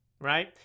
right